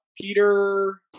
Peter